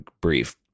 brief